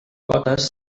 cotes